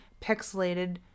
pixelated